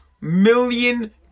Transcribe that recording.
million